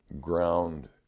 ground